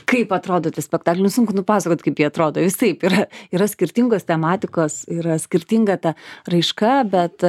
kaip atrodo tie spektakliai sunku nupasakot kaip jie atrodo visaip yra yra skirtingos tematikos yra skirtinga ta raiška bet